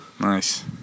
Nice